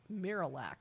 Miralax